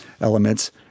elements